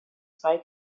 zwei